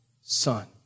son